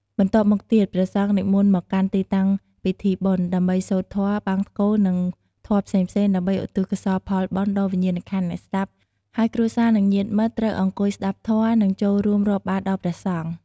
បន្ទាប់់មកទៀត ព្រះសង្ឃនិមន្តមកកាន់ទីតាំងពិធីបុណ្យ ដើម្បីសូត្រធម៌បង្សុកូល និងធម៌ផ្សេងៗដើម្បីឧទ្ទិសកុសលផលបុណ្យដល់វិញ្ញាណអ្នកស្លាប់ហើយគ្រួសារ និងញាតិមិត្តត្រូវអង្គុយស្តាប់ធម៌ និងចូលរួមរាប់បាត្រដល់ព្រះសង្ឃ។